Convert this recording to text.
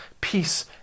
peace